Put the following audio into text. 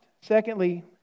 Secondly